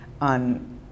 on